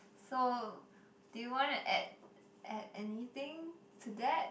so do you wanna add add anything to that